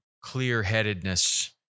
clear-headedness